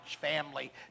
family